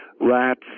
rats